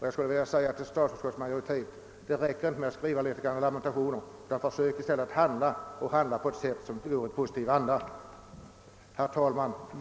Jag skulle vilja säga till statsutskottets majoritet: Det räcker inte med att skriva lamentationer utan försök i stället att handla i positiv anda. Herr talman!